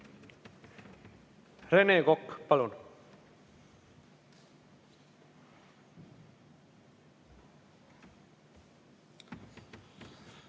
Rene Kokk, palun!